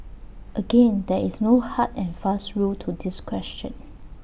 again there is no hard and fast rule to this question